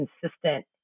consistent